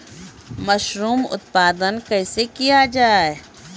Mushroom उत्पादन कैसे किया जाय?